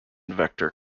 vector